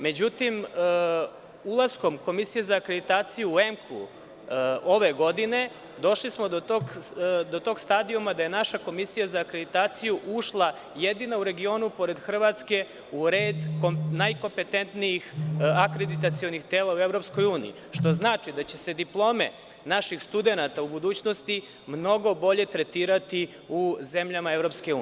Međutim, ulaskom Komisije za akreditaciju u ENQA ove godine, došli smo do tog stadijuma da je naša Komisija za akreditaciju ušla, jedinu u regionu pored Hrvatske, u red najkompetentnijih akreditacionih tela u EU, što znači da će se diplome naših studenata u budućnosti mnogo bolje tretirati u zemljama EU.